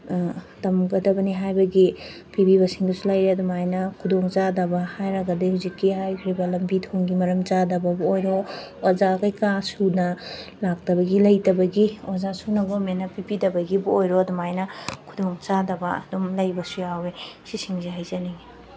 ꯇꯝꯒꯗꯕꯅꯤ ꯍꯥꯏꯕꯒꯤ ꯄꯤꯕꯤꯕꯁꯤꯡꯗꯨꯁꯨ ꯂꯩꯔꯦ ꯑꯗꯨꯃꯥꯏꯅ ꯈꯨꯗꯣꯡꯆꯥꯗꯕ ꯍꯥꯏꯔꯒꯗꯤ ꯍꯧꯖꯤꯛꯀꯤ ꯍꯥꯏꯈ꯭ꯔꯤꯕ ꯂꯝꯕꯤ ꯊꯣꯡꯒꯤ ꯃꯔꯝꯗ ꯆꯥꯗꯕꯕꯨ ꯑꯣꯏꯔꯣ ꯑꯣꯖꯥ ꯀꯩꯀꯥ ꯁꯨꯅ ꯂꯥꯛꯇꯕꯒꯤ ꯂꯩꯇꯕꯒꯤ ꯑꯣꯖꯥꯁꯨꯅ ꯒꯣꯔꯃꯦꯟꯅ ꯄꯤꯕꯤꯗꯕꯒꯤꯕꯨ ꯑꯣꯏꯔꯣ ꯑꯗꯨꯃꯥꯏꯅ ꯈꯨꯗꯣꯡꯆꯥꯗꯕ ꯑꯗꯨꯝ ꯂꯩꯕꯁꯨ ꯌꯥꯎꯋꯦ ꯁꯤꯁꯤꯡꯁꯦ ꯍꯥꯏꯖꯅꯤꯡꯉꯤ